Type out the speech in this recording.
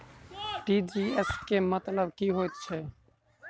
TGS केँ मतलब की हएत छै?